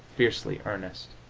fiercely earnest.